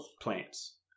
plants